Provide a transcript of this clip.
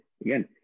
again